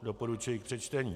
Doporučuji k přečtení.